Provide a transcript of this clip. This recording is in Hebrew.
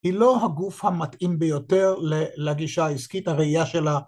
‫היא לא הגוף המתאים ביותר ‫לגישה העסקית הראייה שלה